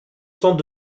centre